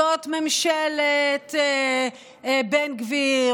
זאת ממשלת בן גביר,